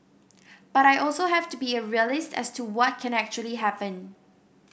but I also have to be a realist as to what can actually happen